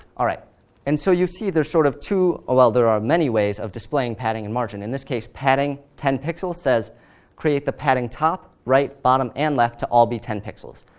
ah and so you see there's sort of two ah well, there are many ways of displaying padding and margin. in this case, padding ten pixels says create the padding top, right, bottom and left to all be ten pixels.